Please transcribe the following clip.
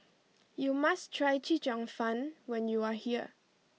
you must try Chee Cheong Fun when you are here